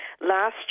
Last